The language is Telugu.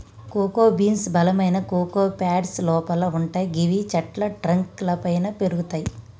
కోకో బీన్స్ బలమైన కోకో ప్యాడ్స్ లోపల వుంటయ్ గివి చెట్ల ట్రంక్ లపైన పెరుగుతయి